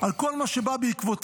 על כל מה שבא בעקבותיה,